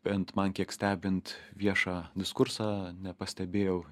bent man kiek stebint viešą diskursą nepastebėjau